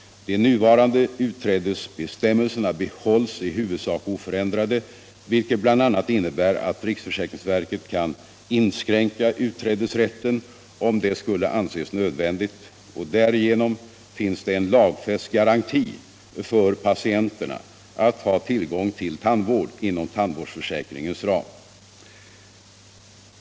De nuvarande utträdesbestämmelserna behålles i huvudsak oförändrade, vilket bl.a. innebär att riksförsäkringsverket kan inskränka utträdesrätten, om det skulle anses nödvändigt, och därigenom finns det en lagfäst garanti för patienterna att ha tillgång till tandvård inom tandvårdsförsäkringens ram.